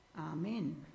Amen